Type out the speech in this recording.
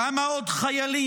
כמה עוד חיילים?